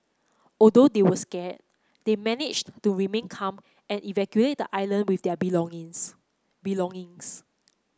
although they were scared they managed to remain calm and evacuate the island with their belongings belongings